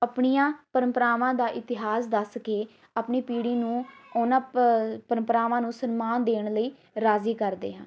ਆਪਣੀਆਂ ਪਰੰਪਰਾਵਾਂ ਦਾ ਇਤਿਹਾਸ ਦੱਸ ਕੇ ਆਪਣੀ ਪੀੜ੍ਹੀ ਨੂੰ ਉਹਨਾਂ ਪ ਪਰੰਪਰਾਵਾਂ ਨੂੰ ਸਨਮਾਨ ਦੇਣ ਲਈ ਰਾਜ਼ੀ ਕਰਦੇ ਹਾਂ